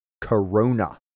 Corona